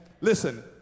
Listen